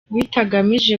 bitagamije